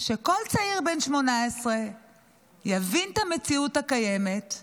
שכל צעיר בן 18 יבין את המציאות הקיימת,